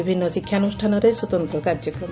ବିଭିନ୍ନ ଶିକ୍ଷାନୁଷାନରେ ସ୍ୱତନ୍ତ କାର୍ଯ୍ୟକ୍ରମ